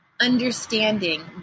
Understanding